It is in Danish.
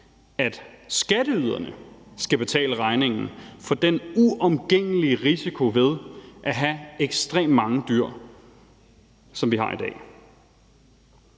at skatteyderne skal betale regningen for den uomgængelige risiko, der er ved at have ekstremt mange dyr, sådan som vi har det i dag.